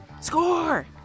Score